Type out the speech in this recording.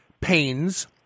pains